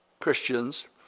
Christians